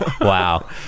Wow